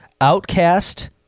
Outcast